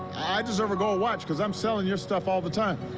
i deserve a gold watch because i'm selling your stuff all the time.